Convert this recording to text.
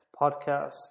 Podcast